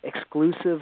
exclusive